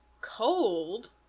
Cold